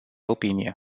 opinie